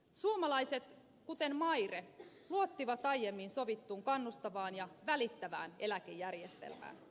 suomalaiset kuten maire luottivat aiemmin sovittuun kannustavaan ja välittävään eläkejärjestelmään